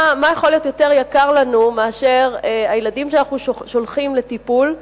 מה יכול להיות יותר יקר לנו מאשר הילדים שאנחנו שולחים לטיפול,